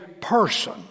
person